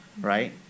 right